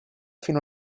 fino